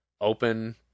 open